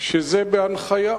שזה בהנחיה.